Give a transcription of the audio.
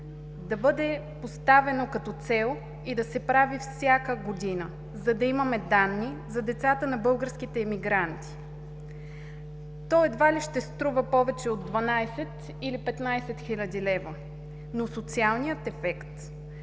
да бъде поставено като цел и да се прави всяка година, за да имаме данни за децата на българските емигранти. То едва ли ще струва повече от 12 или 15 хил. лв., но социалният ефект,